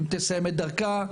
אם תסיים את דרכה,